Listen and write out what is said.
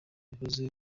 ibibazo